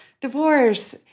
divorce